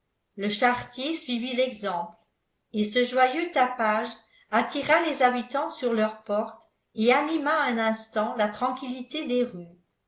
le charretier suivit l'exemple et ce joyeux tapage attira les habitants sur leurs portes et anima un instant la tranquillité des rues